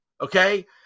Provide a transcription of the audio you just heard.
Okay